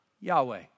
Yahweh